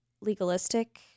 legalistic